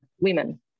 women